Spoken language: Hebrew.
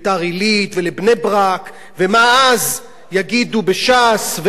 ומה אז יגידו בש"ס ואיך ינהלו את העניין הזה.